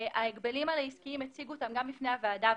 - שההגבלים העסקיים הציגו בפני הוועדה.